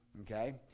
Okay